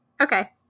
okay